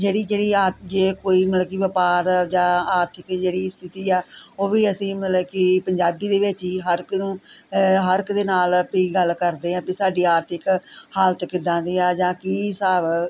ਜਿਹੜੀ ਜਿਹੜੀ ਆਪ ਜੇ ਕੋਈ ਮਤਲਬ ਕਿ ਵਪਾਰ ਜਾਂ ਆਰਥਿਕ ਜਿਹੜੀ ਸਥਿਤੀ ਆ ਉਹ ਵੀ ਅਸੀਂ ਮਤਲਬ ਕਿ ਪੰਜਾਬੀ ਦੇ ਵਿੱਚ ਹੀ ਹਰ ਇੱਕ ਨੂੰ ਹਰ ਇੱਕ ਦੇ ਨਾਲ ਵੀ ਗੱਲ ਕਰਦੇ ਹਾਂ ਵੀ ਸਾਡੀ ਆਰਥਿਕ ਹਾਲਤ ਕਿੱਦਾਂ ਦੀ ਆ ਜਾਂ ਕੀ ਹਿਸਾਬ